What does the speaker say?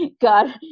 God